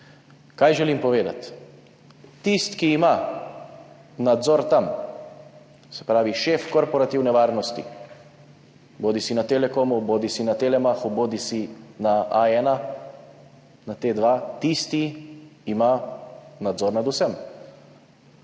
Kaj želim povedati? Tisti, ki ima tam nadzor, se pravi šef korporativne varnosti, bodisi na Telekomu bodisi na Telemachu bodisi na A1, na T2, tisti ima nadzor nad vsem.